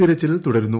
തെരച്ചിൽ തുടരുന്നു